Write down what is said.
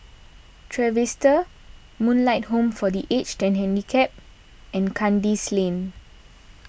Trevista Moonlight Home for the Aged and Handicapped and Kandis Lane